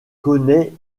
connaît